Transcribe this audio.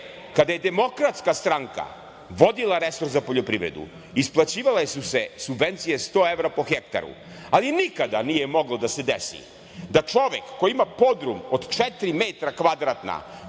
kada je DS vodila resor za poljoprivredu isplaćivale su se subvencije 100 evra po hektaru, ali nikada nije moglo da se desi da čovek koji ima podrum od četiri metra kvadratna